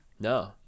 No